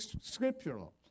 scriptural